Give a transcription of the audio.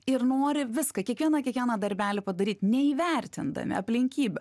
ir nori viską kiekvieną kiekvieną darbelį padaryt neįvertindami aplinkybių